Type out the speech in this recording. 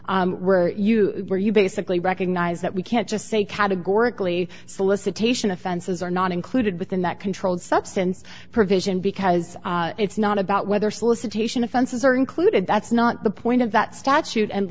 were you were you basically recognize that we can't just say categorically solicitation offenses are not included within that controlled substance provision because it's not about whether solicitation offenses are included that's not the point of that statute and